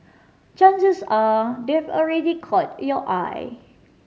chances are they've already caught your eye